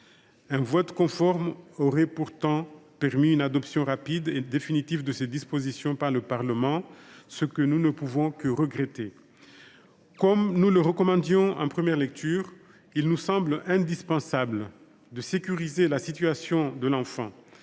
Un vote conforme aurait pourtant permis une adoption rapide et définitive de ces dispositions par le Parlement, ce que nous ne pouvons que regretter. Comme le groupe RDPI le recommandait en première lecture, il semble indispensable de sécuriser la situation de l’enfant.